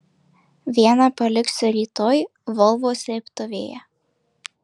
vieną paliksiu rytoj volvo slėptuvėje